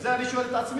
ואת זה אני שואל את עצמי: